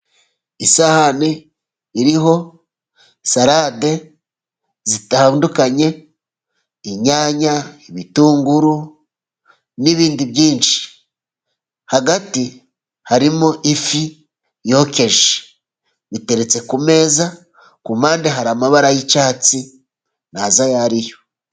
Isahani iriho salade zitandukanye: inyanya ,ibitunguru n'ibindi byinshi, hagati harimo ifi yokeje ,biteretse kumeza ,ku mpande hari amabara y'icyatsi ntazi ayo ari yo.